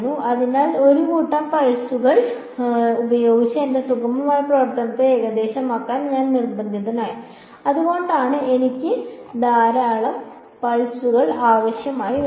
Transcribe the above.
അതിനാൽ ഒരു കൂട്ടം പൾസുകൾ ഉപയോഗിച്ച് എന്റെ സുഗമമായ പ്രവർത്തനത്തെ ഏകദേശമാക്കാൻ ഞാൻ നിർബന്ധിതനായി അതുകൊണ്ടാണ് എനിക്ക് ധാരാളം പൾസുകൾ ആവശ്യമായി വരുന്നത്